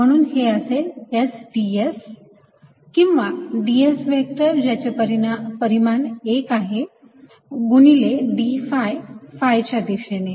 म्हणून हे असेल S ds किंवा ds व्हेक्टर ज्याचे परिमाण 1 आहे गुणिले d phi phi च्या दिशेने